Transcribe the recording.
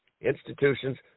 institutions